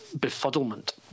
befuddlement